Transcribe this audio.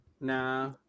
Nah